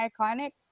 iconic